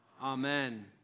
Amen